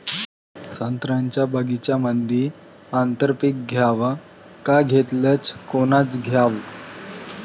संत्र्याच्या बगीच्यामंदी आंतर पीक घ्याव का घेतलं च कोनचं घ्याव?